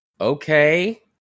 Okay